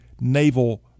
naval